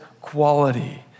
quality